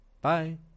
bye